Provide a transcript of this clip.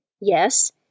Yes